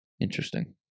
Interesting